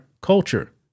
culture